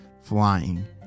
flying